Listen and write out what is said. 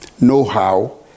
know-how